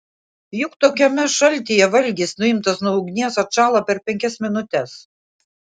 juk tokiame šaltyje valgis nuimtas nuo ugnies atšąla per penkias minutes